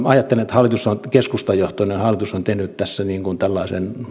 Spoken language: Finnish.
ajattelen että keskustajohtoinen hallitus on tehnyt tässä tällaisen